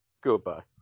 Goodbye